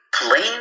plain